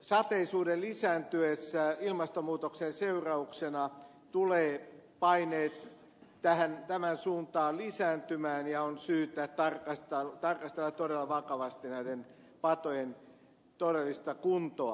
sateisuuden lisääntyessä ilmastonmuutoksen seurauksena tulevat paineet tähän suuntaan lisääntymään ja on syytä tarkastella todella vakavasti näiden patojen todellista kuntoa